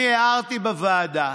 אני הערתי בוועדה